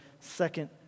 second